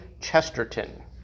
Chesterton